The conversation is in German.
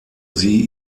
sie